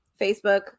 Facebook